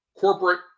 corporate